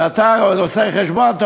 ואתה עושה חשבון,